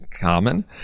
common